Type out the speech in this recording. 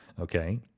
okay